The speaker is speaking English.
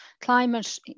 climate